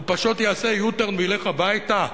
הוא פשוט יעשה U-turn וילך הביתה.